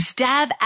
Stab